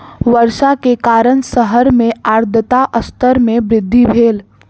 वर्षा के कारण शहर मे आर्द्रता स्तर मे वृद्धि भेल